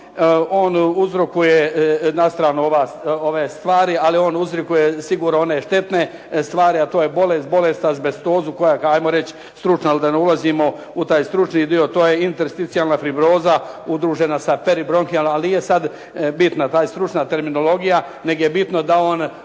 on uzrokuje, na stranu ove stvari, ali on uzrokuje sigurno one štetne stvari a to je bolest, bolest azbestozu, ajmo reći stručno ali da ne ulazimo u taj stručni dio. To je intersticijalna fibroza udružena peribronhijalno, ali nije sada bitno da li je stručna terminologija, nego je bino da on